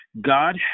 God